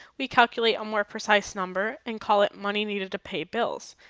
we calculate a more precise number and call it money needed to pay bills,